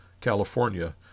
California